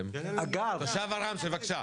תושב עראמשה בבקשה.